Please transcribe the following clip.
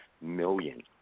million